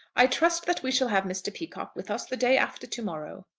i trust that we shall have mr. peacocke with us the day after to-morrow.